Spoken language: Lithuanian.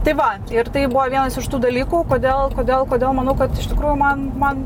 tai va ir tai buvo vienas iš tų dalykų kodėl kodėl kodėl manau kad iš tikrųjų man man